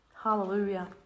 Hallelujah